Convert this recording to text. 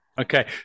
Okay